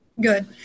good